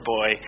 Boy